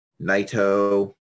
Naito